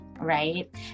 right